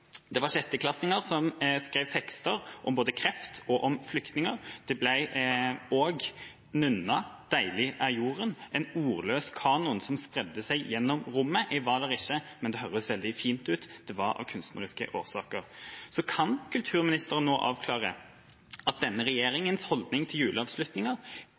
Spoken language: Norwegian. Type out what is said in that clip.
Det var sjetteklassinger som skrev tekster både om kreft og om flyktninger. «Deilig er jorden» ble nynnet, en ordløs kanon som spredte seg gjennom rommet. Jeg var der ikke, men det høres veldig fint ut – det var av kunstneriske årsaker. Så kan kulturministeren nå avklare denne regjeringas holdning til